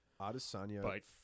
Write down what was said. Adesanya